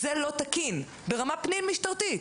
זה לא תקין ברמה פנים-משטרתית.